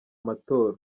matora